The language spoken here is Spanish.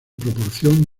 proporción